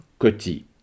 Coty